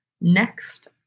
next